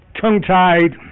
tongue-tied